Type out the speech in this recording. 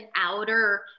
outer